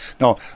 no